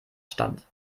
stand